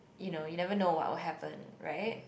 you know you never know what will happen right